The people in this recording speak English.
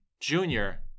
Junior